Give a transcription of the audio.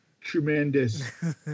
tremendous